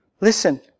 Listen